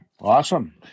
Awesome